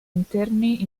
interni